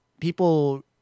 people